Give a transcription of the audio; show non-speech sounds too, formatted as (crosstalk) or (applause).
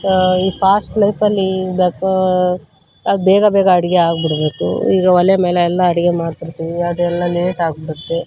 ಈ ಫಾಶ್ಟ್ ಲೈಫಲ್ಲಿ (unintelligible) ಅದು ಬೇಗ ಬೇಗ ಅಡುಗೆ ಆಗಿಬಿಡ್ಬೇಕು ಈಗ ಒಲೆ ಮೇಲೆಲ್ಲ ಅಡುಗೆ ಮಾಡ್ತಿರ್ತೀವಿ ಅದೆಲ್ಲ ಲೇಟಾಗಿಬಿಡತ್ತೆ